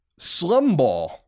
slumball